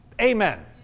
Amen